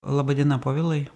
laba diena povilai